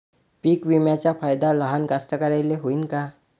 पीक विम्याचा फायदा लहान कास्तकाराइले होईन का?